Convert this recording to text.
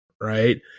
right